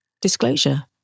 disclosure